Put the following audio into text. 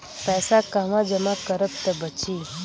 पैसा कहवा जमा करब त बची?